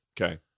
okay